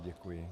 Děkuji.